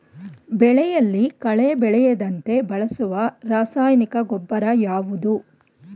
ಬೆಳೆಯಲ್ಲಿ ಕಳೆ ಬೆಳೆಯದಂತೆ ಬಳಸುವ ರಾಸಾಯನಿಕ ಗೊಬ್ಬರ ಯಾವುದು?